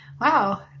wow